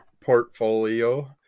Portfolio